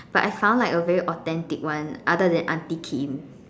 but I found like a very authentic one other than auntie Kim